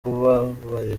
kubabarira